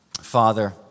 Father